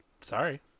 Sorry